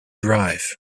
drive